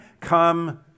Come